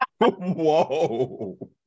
Whoa